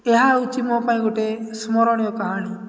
ଏହା ହେଉଛି ମୋ ପାଇଁ ଗୋଟେ ସ୍ମରଣୀୟ କାହାଣୀ